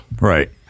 Right